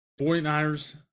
49ers